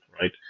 right